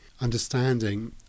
understanding